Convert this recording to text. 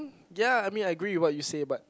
ya I mean I agree what you say but